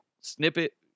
snippet